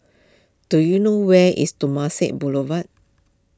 do you know where is Temasek Boulevard